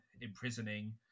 imprisoning